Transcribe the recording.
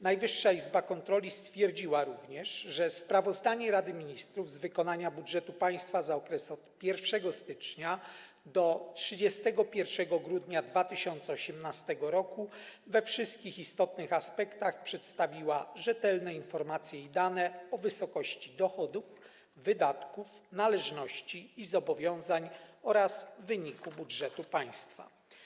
Najwyższa Izba Kontroli stwierdziła również, że sprawozdanie Rady Ministrów z wykonania budżetu państwa za okres od 1 stycznia do 31 grudnia 2018 r. we wszystkich istotnych aspektach przedstawia rzetelne informacje i dane o wysokości dochodów, wydatków, należności i zobowiązań oraz wyniku budżetu państwa.